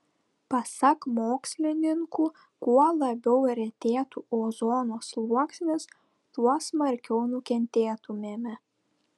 pasak mokslininkų kuo labiau retėtų ozono sluoksnis tuo smarkiau nukentėtumėme